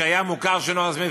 שהיה מוכר שאינו רשמי,